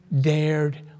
dared